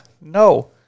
no